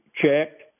checked